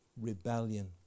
Rebellion